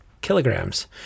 kilograms